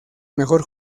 mejor